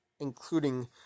including